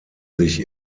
sich